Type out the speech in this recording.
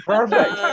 Perfect